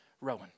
Rowan